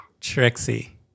Trixie